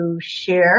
share